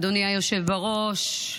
אדוני היושב בראש,